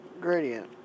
gradient